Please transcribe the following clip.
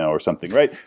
or something, right?